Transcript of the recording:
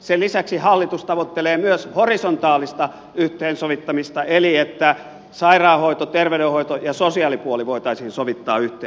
sen lisäksi hallitus tavoittelee myös horisontaalista yhteensovittamista eli että sairaanhoito terveydenhoito ja sosiaalipuoli voitaisiin sovittaa yhteen